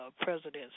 President's